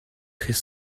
très